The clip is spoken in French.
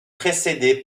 précédée